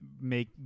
make